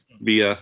via